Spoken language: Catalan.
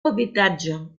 habitatge